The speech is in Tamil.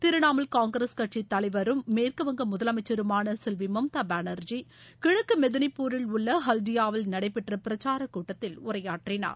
திரிணமுல் காங்கிரஸ் கட்சி தலைவரும் மேற்கு வங்க முதலமைச்சருமான செல்வி மம்தா பானர்ஜி கிழக்கு மெதினிபூரில் உள்ள ஹல்தியாவில் நடைபெற்ற பிரச்சார கூட்டத்தில் உரையாற்றினார்